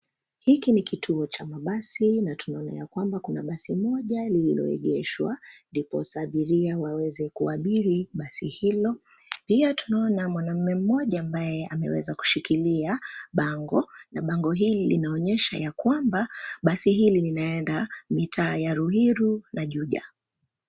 Hiki ni kituo cha mabasi na tunaona ya kwamba, kuna basi moja lililoegeshwa ndiposa abiria waweze kuabiri basi hilo. Pia tunaona mwanamme mmoja ambaye ameweza kushikilia bango, na bango hili linaonyesha ya kwamba basi hili linaenda mitaa ya Ruiru na Juja.